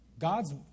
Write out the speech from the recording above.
God's